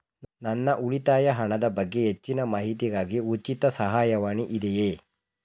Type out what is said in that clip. ನನ್ನ ಉಳಿತಾಯ ಹಣದ ಬಗ್ಗೆ ಹೆಚ್ಚಿನ ಮಾಹಿತಿಗಾಗಿ ಉಚಿತ ಸಹಾಯವಾಣಿ ಇದೆಯೇ?